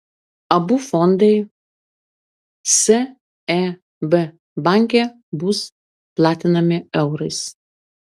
abu fondai seb banke bus platinami eurais